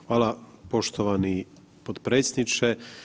Hvala poštovani potpredsjedniče.